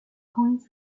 coins